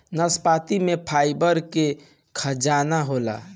नाशपाती में फाइबर के खजाना होला